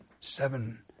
seven